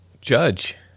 judge